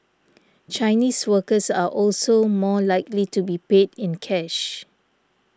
Chinese workers are also more likely to be paid in cash